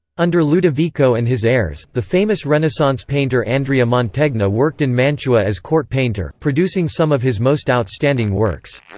under ludovico and his heirs, the famous renaissance painter andrea mantegna worked in mantua as court painter, producing some of his most outstanding outstanding works.